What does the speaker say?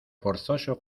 forzoso